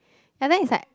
and then it's like